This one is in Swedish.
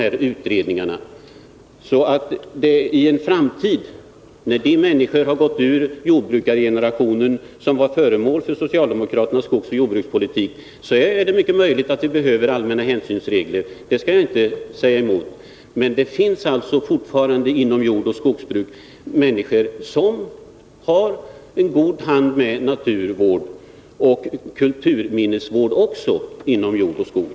Och i en framtid, när de — Naturvård människor är borta som tillhörde den jordbrukargeneration som var föremål för socialdemokraternas skogsoch jordbrukspolitik, är det mycket möjligt att vi behöver allmänna hänsynsregler. Det skall jag inte säga emot. Men det finns fortfarande inom jordoch skogsbruket människor som på ett bra sätt tar till vara naturvårdsoch kulturminnesvårdsintressena.